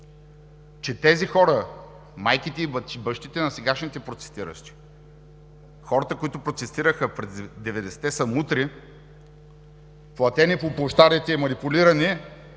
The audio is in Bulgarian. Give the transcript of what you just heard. че тези хора – майките и бащите на сегашните протестиращи, хората, които протестираха през 90-те, са мутри, платени по площадите и манипулирани,